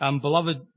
Beloved